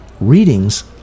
readings